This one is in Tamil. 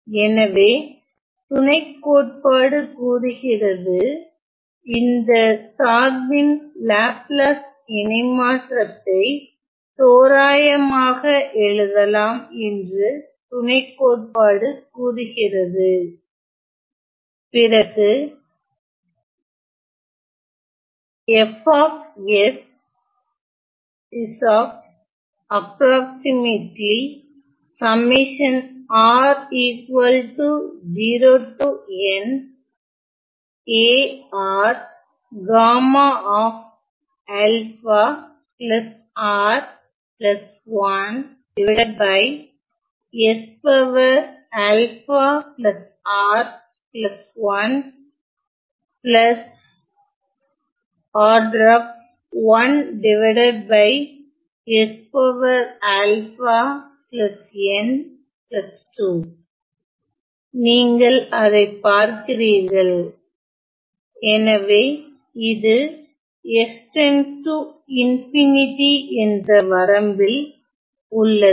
எனவே துணைகோட்பாடு கூறுகிறது இந்த சார்பின் லாப்லாஸ் இணை மாற்றத்தை தோராயமாக எழுதலாம் என்று துணை கோட்பாடு கூறுகிறது பிறகு நீங்கள் அதைப் பார்க்கிறீர்கள் எனவே இது s → என்ற வரம்பில் உள்ளது